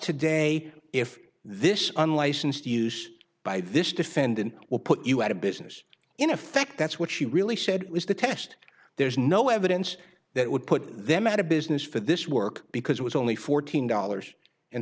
today if this unlicensed use by this defendant will put you out of business in effect that's what she really said was the test there's no evidence that would put them out of business for this work because it was only fourteen dollars